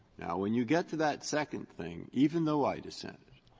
now, when you get to that second thing, even though i dissented,